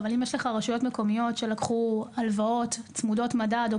אבל אם יש רשויות מקומיות שלקחו הלוואות צמודות מדד או